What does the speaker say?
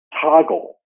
toggle